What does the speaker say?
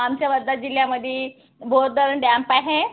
आमच्या वर्धा जिल्ह्यामध्ये बोरधरण डॅम्प आहे